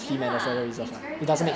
ya it's very weird